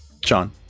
John